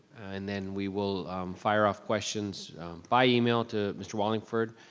and then we will fire off questions by email to mr wallingford,